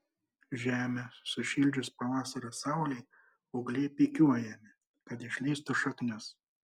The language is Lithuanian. žemę sušildžius pavasario saulei ūgliai pikiuojami kad išleistų šaknis